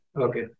Okay